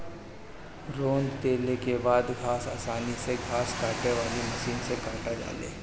रौंद देले के बाद घास आसानी से घास काटे वाली मशीन से काटा जाले